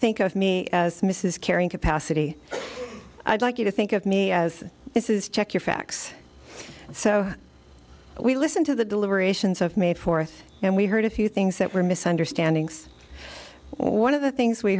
think of me as mrs carrying capacity i'd like you to think of me as this is check your facts so we listen to the deliberations have made forth and we heard a few things that were misunderstandings one of the things we